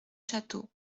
château